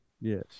Yes